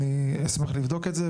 אני אשמח לבדוק את זה,